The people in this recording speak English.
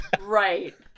Right